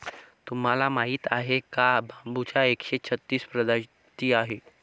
तुम्हाला माहीत आहे का बांबूच्या एकशे छत्तीस प्रजाती आहेत